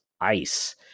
ice